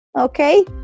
Okay